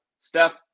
Steph